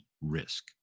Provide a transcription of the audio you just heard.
risk